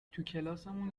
توکلاسمون